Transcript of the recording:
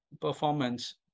performance